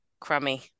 crummy